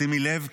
שימי לב,